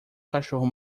cachorro